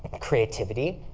creativity,